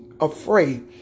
afraid